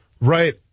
right